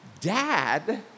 Dad